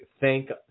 thank